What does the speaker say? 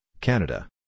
Canada